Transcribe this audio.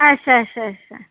अच्छा अच्छा